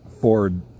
ford